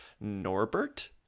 Norbert